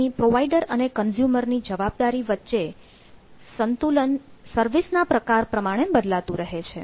અહીં પ્રોવાઇડર અને કન્ઝ્યુમર ની જવાબદારી વચ્ચે સંતુલન સર્વિસ ના પ્રકાર પ્રમાણે બદલતું રહે છે